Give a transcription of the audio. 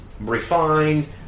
refined